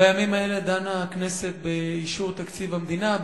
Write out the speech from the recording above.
בימים האלה דנה הכנסת באישור תקציב המדינה,